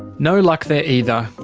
no luck there, either.